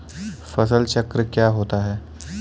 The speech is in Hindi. फसल चक्र क्या होता है?